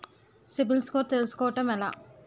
CIBIL score తెల్సుకోటం ఎలా?